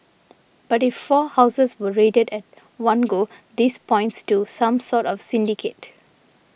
but if four houses are raided at one go this points to some sort of syndicate